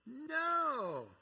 No